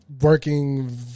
working